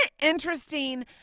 interesting